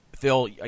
Phil